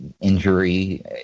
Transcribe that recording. injury